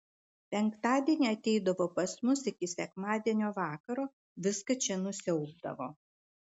penktadienį ateidavo pas mus iki sekmadienio vakaro viską čia nusiaubdavo